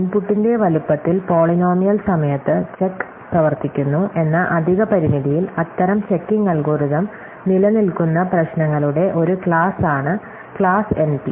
ഇൻപുട്ടിന്റെ വലുപ്പത്തിൽ പോളിനോമിയൽ സമയത്ത് ചെക്ക് പ്രവർത്തിക്കുന്നു എന്ന അധിക പരിമിതിയിൽ അത്തരം ചെക്കിംഗ് അൽഗോരിതം നിലനിൽക്കുന്ന പ്രശ്നങ്ങളുടെ ഒരു ക്ലാസാണ് ക്ലാസ് എൻപി